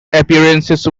appearances